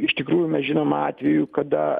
iš tikrųjų mes žinome atvejų kada